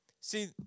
See